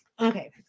Okay